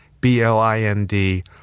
B-L-I-N-D